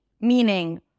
meaning